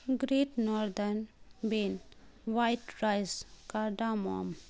great northern ben white rice cardamom